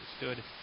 understood